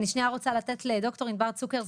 אני רוצה לתת את רשות הדיבור לד"ר ענבר צוקר,